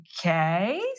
okay